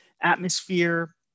atmosphere